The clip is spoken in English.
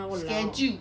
schedule